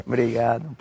Obrigado